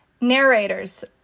narrators